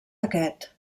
aquest